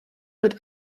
mit